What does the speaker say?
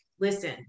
listen